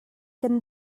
kan